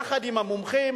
יחד עם המומחים.